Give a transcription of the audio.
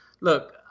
look